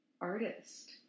artist